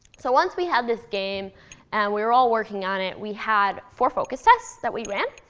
so once we had this game and we were all working on it, we had four focus tests that we ran.